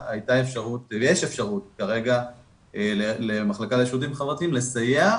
יש אפשרות כרגע למחלקה לשירותים חברתיים לסייע,